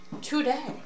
today